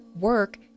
work